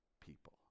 people